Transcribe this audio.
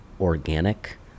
organic